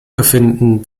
befinden